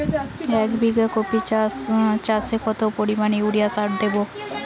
এক বিঘা কপি চাষে কত পরিমাণ ইউরিয়া সার দেবো?